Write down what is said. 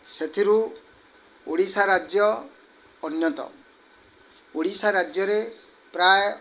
ସେଥିରୁ ଓଡ଼ିଶା ରାଜ୍ୟ ଅନ୍ୟତମ ଓଡ଼ିଶା ରାଜ୍ୟରେ ପ୍ରାୟ